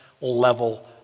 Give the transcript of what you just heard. level